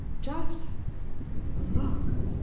just look.